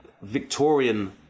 victorian